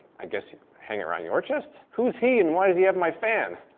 i guess hang around your chest? who's he and why does he have my fan?